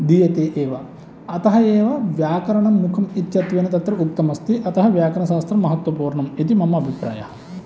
अतः एव व्याकरणं मुख्यम् इत्यनेन तत्र उक्तम् अस्ति अतः व्याकरणशास्त्रं महत्त्वपूर्णम् इति मम अभिप्रायः